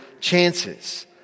chances